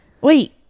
Wait